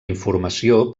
informació